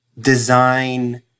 design